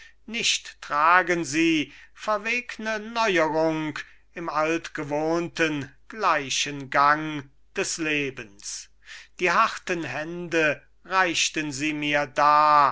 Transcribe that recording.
nicht tragen sie verwegne neuerung im altgewohnten gleichen gang des lebens die harten hände reichten sie mir dar